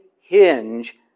hinge